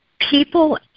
people